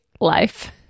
life